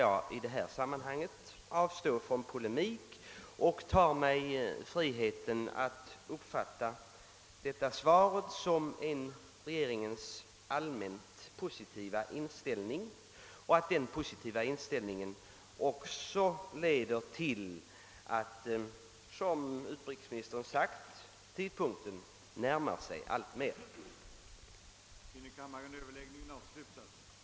Mot denna bakgrund skall jag avstå från att polemisera och ta mig friheten att uppfatta utrikesministerns svar som ett uttryck för regeringens allmänt positiva inställning till denna fråga. Jag hoppas att den inställningen också leder till vad utrikesministern framhållit i svaret, att »den tidpunkt nu närmar sig alltmer då det kan bli aktuellt att erkänna Demokratiska republiken Vietnam».